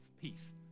peace